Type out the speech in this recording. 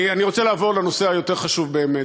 אני רוצה לעבור לנושא היותר-חשוב, באמת.